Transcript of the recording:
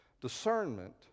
Discernment